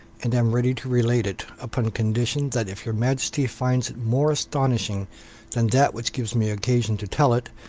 and am ready to relate it, upon condition that if your majesty finds it more astonishing than that which gives me occasion to tell it,